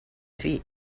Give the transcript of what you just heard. feet